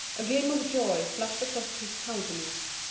a gleam of joy flashed across his countenance.